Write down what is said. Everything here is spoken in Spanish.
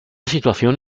situación